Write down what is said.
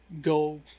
go